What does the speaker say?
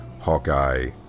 hawkeye